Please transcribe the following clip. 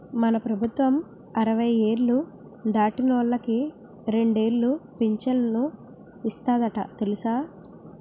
మన ప్రభుత్వం అరవై ఏళ్ళు దాటినోళ్ళకి రెండేలు పింఛను ఇస్తందట తెలుసా